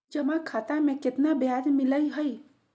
जमा खाता में केतना ब्याज मिलई हई?